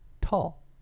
tall